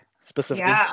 specifically